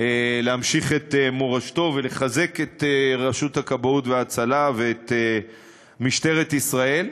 להמשיך את מורשתו ולחזק את רשות הכבאות וההצלה ואת משטרת ישראל.